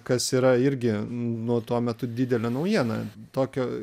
kas yra irgi nuo tuo metu didelė naujiena tokio